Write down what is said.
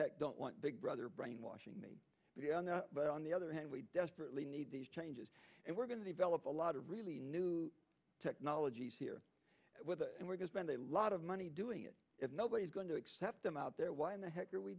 heck don't want big brother brainwashing me but on the other hand we desperately need these changes and we're going to develop a lot of really new technologies here and we're going to bend a lot of money doing it if nobody is going to accept them out there why in the heck are we